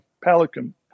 Pelican